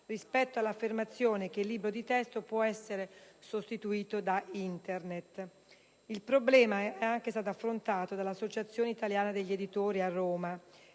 rispetto all'affermazione che il libro di testo può essere sostituito da Internet. Il problema è stato affrontato anche dall'Associazione italiana degli editori a Roma,